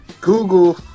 Google